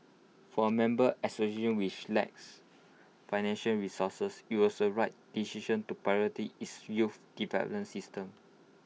for A member association which lacks financial resources IT was A right decision to its youth development system